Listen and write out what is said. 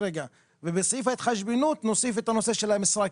ובסעיף ההתחשבנות נוסיף את הנושא של המשרה,